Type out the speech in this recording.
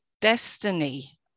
destiny